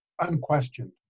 unquestioned